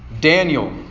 Daniel